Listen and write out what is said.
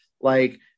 like-